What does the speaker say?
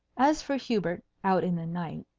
as for hubert out in the night,